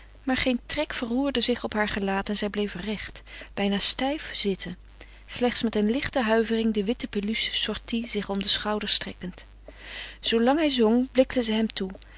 maar geen trek verroerde zich op haar gelaat en zij bleef recht bijna stijf zitten slechts met een lichte huivering de witte peluche sortie zich om de schouders trekkend zoo lang hij zong blikte zij hem toe